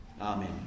Amen